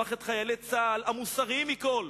הפך את חיילי צה"ל, המוסריים מכול,